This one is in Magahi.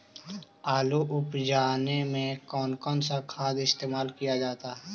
आलू उप जाने में कौन कौन सा खाद इस्तेमाल क्या जाता है?